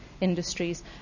industries